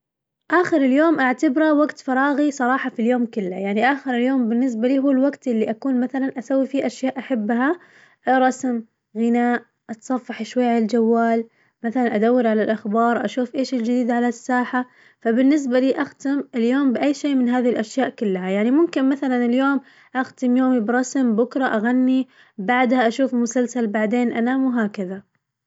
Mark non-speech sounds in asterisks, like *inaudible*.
آخر اليوم أعتبره وقت فراغي صراحة في اليوم كله، يعني آخر اليوم بالنسبة لي هو الوقت اللي أكون مثلاً أسوي فيه أشياء أحبها *hesitation* رسم غناء، أتصفح شوي ع الجوال، مثلاً أدور على الأخبار أشوف إيش الجديد على الساحة، فالبنسبة لي أختم اليوم بأي شي من هذي الاشياء كلها، يعني ممكن مثلاً اليوم أختم يومي برسم بكرة أغني، بعده أشوف مسلسل بعدين أنام وهكذا.